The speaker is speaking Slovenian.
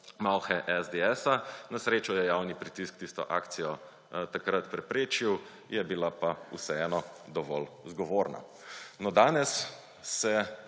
malhe SDS. Na srečo je javni pritisk tisto akcijo takrat preprečil, je bila pa vseeno dovolj zgovorna. No danes se